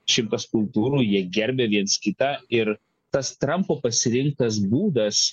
šimtas kultūrų jie gerbia viens kitą ir tas trampo pasirinktas būdas